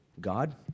God